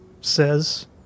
says